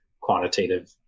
quantitative